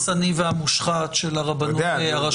הדורסני והמושחת של הרבנות הראשית.